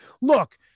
Look